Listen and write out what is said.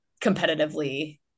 competitively